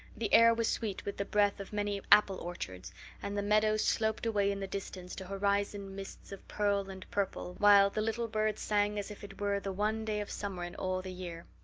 the air was sweet with the breath of many apple orchards and the meadows sloped away in the distance to horizon mists of pearl and purple while the little birds sang as if it were the one day of summer in all the year.